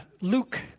Luke